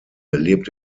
lebt